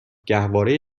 گهواره